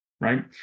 right